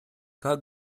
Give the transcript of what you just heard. как